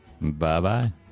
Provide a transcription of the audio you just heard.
Bye-bye